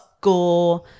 gore